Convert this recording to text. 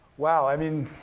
wow, i mean,